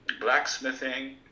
blacksmithing